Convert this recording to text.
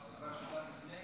אז בשבת לפני?